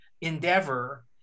endeavor